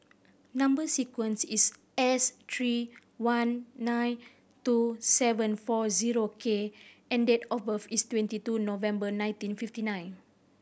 number sequence is S three one nine two seven four zero K and date of birth is twenty two November nineteen fifty nine